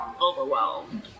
overwhelmed